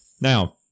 Now